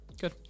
Good